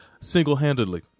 single-handedly